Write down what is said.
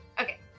Okay